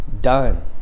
Done